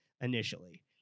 initially